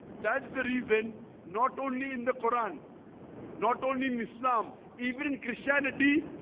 that's the reason not only in the quran not only in islam even in christianity.